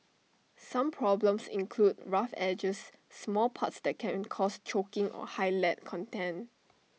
some problems include rough edges small parts that can cause choking or high lead content